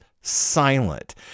silent